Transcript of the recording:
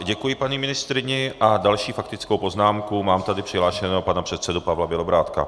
Děkuji paní ministryni a s další faktickou poznámkou mám tady přihlášeného pana předsedu Pavla Bělobrádka.